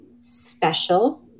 special